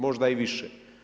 Možda i više.